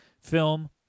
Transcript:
film